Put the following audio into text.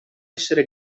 essere